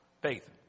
Faith